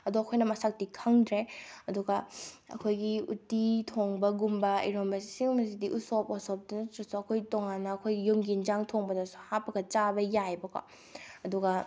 ꯑꯗꯣ ꯑꯩꯈꯣꯏꯅ ꯃꯁꯛꯇꯤ ꯈꯪꯗ꯭ꯔꯦ ꯑꯗꯨꯒ ꯑꯩꯈꯣꯏꯒꯤ ꯎꯇꯤ ꯊꯣꯡꯕꯒꯨꯝꯕ ꯏꯔꯣꯟꯕ ꯁꯤꯒꯨꯝꯕꯁꯤꯗꯤ ꯎꯁꯣꯞ ꯋꯥꯁꯣꯞꯇ ꯅꯠꯇ꯭ꯔꯁꯨ ꯑꯩꯈꯣꯏ ꯇꯣꯉꯥꯟꯅ ꯑꯩꯈꯣꯏꯒꯤ ꯌꯨꯝꯒꯤ ꯑꯦꯟꯁꯥꯡ ꯊꯣꯡꯕꯗꯁꯨ ꯍꯥꯞꯄꯒ ꯆꯥꯕ ꯌꯥꯏꯕꯀꯣ ꯑꯗꯨꯒ